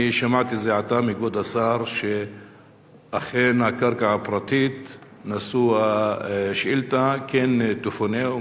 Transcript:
אני שמעתי זה עתה מכבוד השר שאכן הקרקע הפרטית מושא השאילתא כן תפונה,